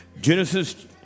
Genesis